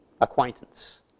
acquaintance